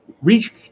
reach